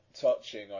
touching